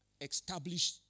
establish